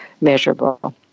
measurable